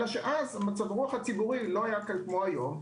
אלא שאז המצב רוח הציבורי לא היה כמו היום.